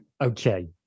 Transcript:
Okay